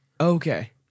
Okay